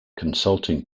consulting